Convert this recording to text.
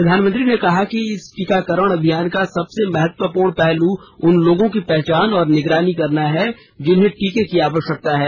प्रधानमंत्री ने कहा कि कि इस टीकाकरण अभियान का सबसे महत्वपूर्ण पहलू उन लोगों की पहचान और निगरानी करना है जिन्हें टीके की आवश्यकता है